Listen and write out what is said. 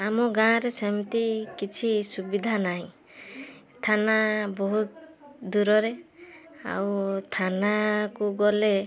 ଆମ ଗାଁରେ ସେମିତି କିଛି ସୁବିଧା ନାହିଁ ଥାନା ବହୁତ ଦୂରରେ ଆଉ ଥାନାକୁ ଗଲେ